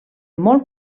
molt